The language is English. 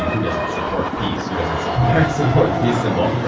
who doesn't support peace, who doesn't support support the peace symbol.